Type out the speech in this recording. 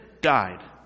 died